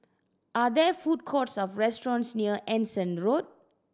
are there food courts or restaurants near Anson Road